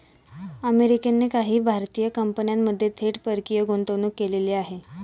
अमेरिकेने काही भारतीय कंपन्यांमध्ये थेट परकीय गुंतवणूक केलेली आहे